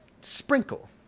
sprinkle